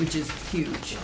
which is huge